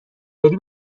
داری